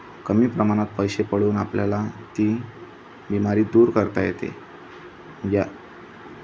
कमी प्रमाणात पैसे पडून आपल्याला ती बिमारी दूर करता येते या